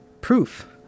proof